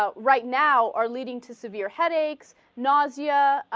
ah right now are leading to severe headaches nausea ah.